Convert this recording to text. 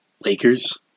Lakers